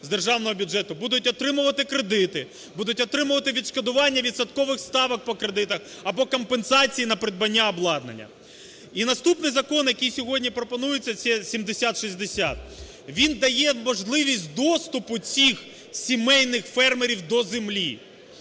з державного бюджету, будуть отримувати кредити, будуть отримувати відшкодування відсоткових ставок по кредитах або компенсації на придбання обладнання. І наступний закон, який сьогодні пропонується, - це 7060, він дає можливість доступу цих сімейних фермерів до землі.